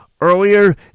earlier